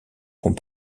font